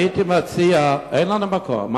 אין לנו מקום.